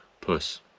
puss